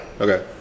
Okay